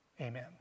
Amen